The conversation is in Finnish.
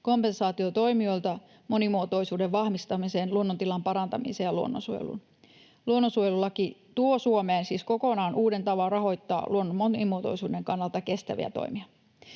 kompensaatiotoimijoilta monimuotoisuuden vahvistamiseen, luonnontilan parantamiseen ja luonnonsuojeluun. Luonnonsuojelulaki tuo Suomeen siis kokonaan uuden tavan rahoittaa luonnon monimuotoisuuden kannalta kestäviä toimia.